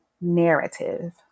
narrative